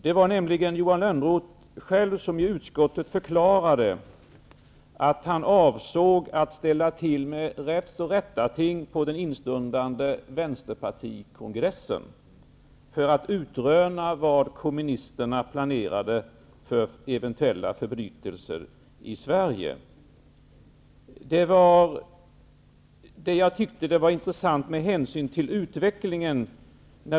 Det var nämligen Johan Lönnroth själv som i utskottet förklarade att han avsåg att ställa till med räfst och rättarting på den stundande Vänsterpartikongressen för att utröna vad kommunisterna planerade för eventuella förbrytelser i Sverige. Det var vad jag tyckte var intressant med hänsyn till utvecklingen.